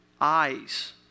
eyes